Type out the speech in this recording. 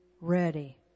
ready